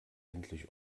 endlich